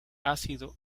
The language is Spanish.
ácido